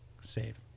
save